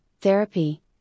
therapy